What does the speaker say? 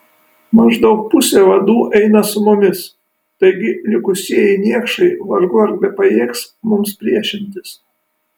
maždaug pusė vadų eina su mumis taigi likusieji niekšai vargu ar bepajėgs mums priešintis